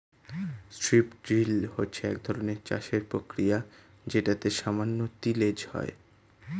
strip drill হচ্ছে একধরনের চাষের প্রক্রিয়া যেটাতে সামান্য তিলেজ হয়